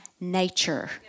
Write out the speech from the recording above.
nature